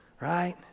right